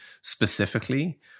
specifically